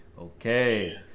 okay